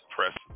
Press